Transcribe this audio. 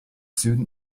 süden